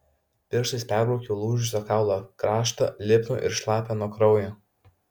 pirštais perbraukiau lūžusio kaulo kraštą lipnų ir šlapią nuo kraujo